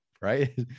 right